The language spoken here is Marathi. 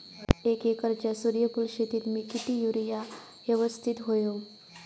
एक एकरच्या सूर्यफुल शेतीत मी किती युरिया यवस्तित व्हयो?